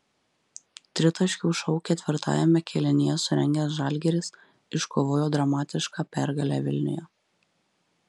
tritaškių šou ketvirtajame kėlinyje surengęs žalgiris iškovojo dramatišką pergalę vilniuje